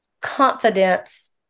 confidence